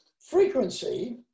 frequency